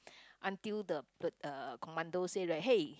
until the uh commando say right hey